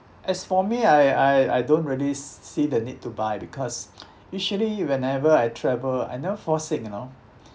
as for me I I I don't really s~ see the need to buy because usually whenever I travel I never fall sick you know